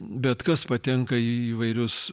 bet kas patenka į įvairius